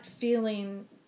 feeling